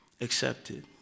accepted